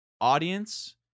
Audience